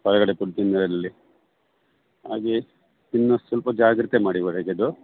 ಹೊರಗಡೆ ಪುಡ್ ತಿನ್ನೋದ್ರಲ್ಲಿ ಹಾಗೆ ಇನ್ನು ಸ್ವಲ್ಪ ಜಾಗ್ರತೆ ಮಾಡಿ ಹೊರಗಿದು